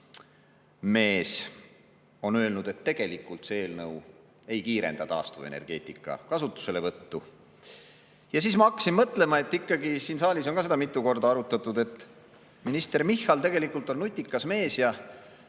mees on öelnud, et tegelikult see eelnõu ei kiirenda taastuvenergeetika kasutuselevõttu. Ma hakkasin mõtlema. Siin saalis on ka seda mitu korda arutatud, et minister Michal on tegelikult nutikas mees,